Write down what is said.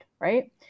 right